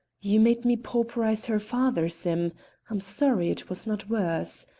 you made me pauperise her father, sim i'm sorry it was not worse.